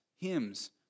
hymns